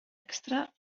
extra